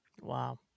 Wow